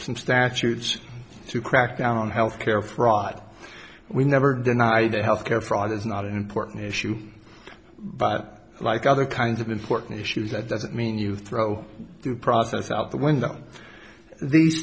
the statutes to crack down on health care fraud we never deny that health care fraud is not an important issue but like other kinds of important issues that doesn't mean you throw due process out the window the